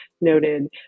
noted